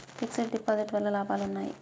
Fix డ్ deposit వల్ల లాభాలు ఉన్నాయి?